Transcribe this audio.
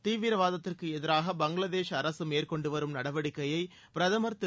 தீவிரவாதத்திற்கு எதிராக பங்களாதேஷ் அரசு மேற்கொண்டு வரும் நடவடிக்கையை பிரதமர் திரு